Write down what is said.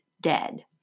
dead